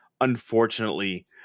unfortunately